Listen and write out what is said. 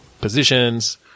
positions